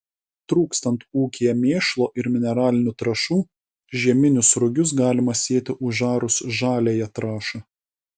trūkstant ūkyje mėšlo ir mineralinių trąšų žieminius rugius galima sėti užarus žaliąją trąšą